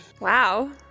Wow